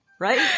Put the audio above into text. right